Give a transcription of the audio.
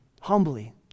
Humbly